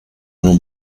non